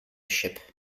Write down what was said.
ship